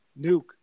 Nuke